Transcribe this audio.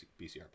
BCR